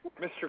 Mr